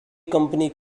company